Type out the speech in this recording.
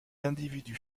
individus